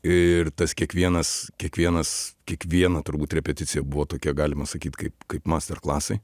ir tas kiekvienas kiekvienas kiekviena turbūt repeticija buvo tokia galima sakyt kaip kaip masterklasai